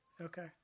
Okay